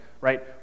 right